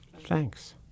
thanks